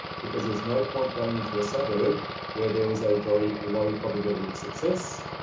because there's no point going into a suburb where there is a very low probability of success.